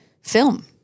film